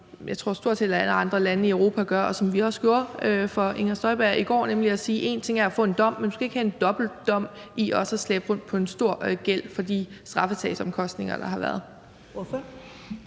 gøre, som stort set alle andre lande i Europa gør, tror jeg, og som vi også gjorde for Inger Støjberg i går, nemlig at sige, at en ting er at få en dom, men du skal ikke have en dobbelt dom i også at slæbe rundt på en stor gæld for de straffesagsomkostninger, der har været?